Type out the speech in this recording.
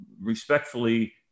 respectfully